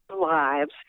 lives